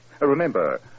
Remember